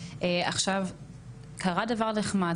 עכשיו קרה דבר נחמד,